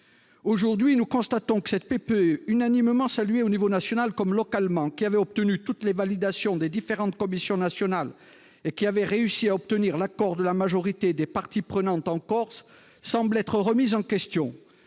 aujourd'hui que cette PPE, unanimement saluée à l'échelon national comme localement, qui avait obtenu toutes les validations des différentes commissions nationales et qui avait réussi à emporter l'accord de la majorité des parties prenantes en Corse, semble être remise en question.